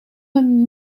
een